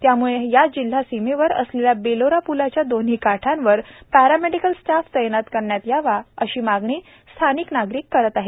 त्यामुळे या जिल्हा सीमेवर असलेल्या बेलोरा पुलाच्या दोन्ही काठावर पॅरामेडिकल स्टाफ तैनात करण्यात यावा अशी मागणी स्थानिक नागरिकांच्या वतीने करण्यात येत आहेत